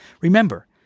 Remember